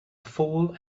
fool